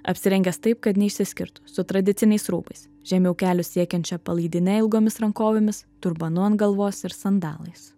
apsirengęs taip kad neišsiskirtų su tradiciniais rūbais žemiau kelių siekiančia palaidine ilgomis rankovėmis turbanu ant galvos ir sandalais